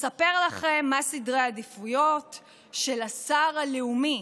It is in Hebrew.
אספר לכם מה סדרי העדיפויות של השר הלאומי: